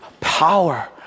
power